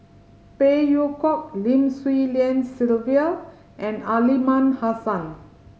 Phey Yew Kok Lim Swee Lian Sylvia and Aliman Hassan